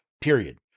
period